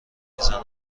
میزند